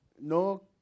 no